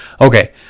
Okay